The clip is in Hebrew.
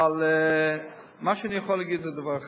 אבל מה שאני יכול להגיד זה דבר אחד: